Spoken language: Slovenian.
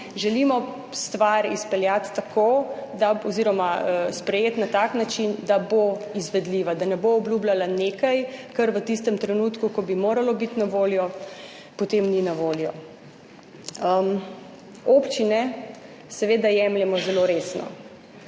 želimo stvar izpeljati tako, da, oziroma sprejeti na tak način, da bo izvedljiva, da ne bo obljubljala nekaj, kar v tistem trenutku, ko bi moralo biti na voljo, potem ni na voljo. Občine seveda jemljemo zelo resno.